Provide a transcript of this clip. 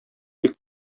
бик